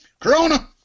Corona